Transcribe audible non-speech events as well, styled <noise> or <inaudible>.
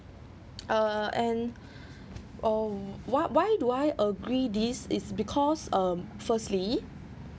uh and <breath> oh why why do I agree this is because um firstly